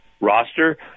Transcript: roster